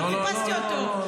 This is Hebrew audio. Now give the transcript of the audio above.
חיפשתי אותו.